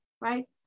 right